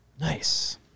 Nice